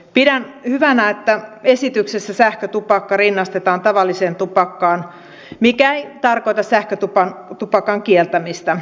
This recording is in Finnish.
pidän hyvänä että esityksessä sähkötupakka rinnastetaan tavalliseen tupakkaan mikä ei tarkoita sähkötupakan kieltämistä